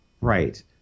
Right